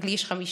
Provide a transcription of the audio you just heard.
לי יש חמישה,